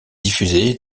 diffusé